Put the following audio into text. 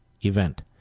event